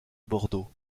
bordeaux